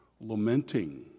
Lamenting